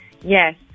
Yes